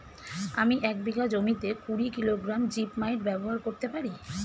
আমি এক বিঘা জমিতে কুড়ি কিলোগ্রাম জিপমাইট ব্যবহার করতে পারি?